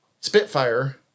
Spitfire